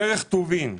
ערך טובין.